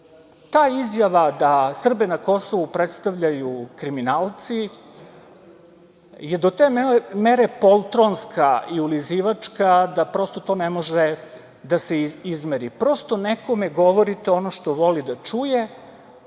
Ta izjava da Srbe na Kosovu predstavljaju kriminalci je do te mere poltronska i ulizivačka da prosto to ne može da se izmeri. Prosto, nekome govorite ono što voli da čuje,